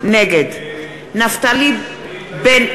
נגד כן, אני בעד,